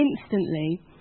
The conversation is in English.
instantly